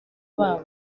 babo